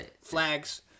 flags